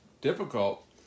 difficult